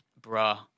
Bruh